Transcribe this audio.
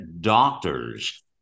doctors